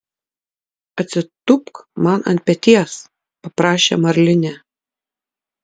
atsitūpk man ant peties paprašė marlinė